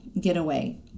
getaway